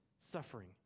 suffering